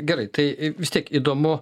gerai tai vis tiek įdomu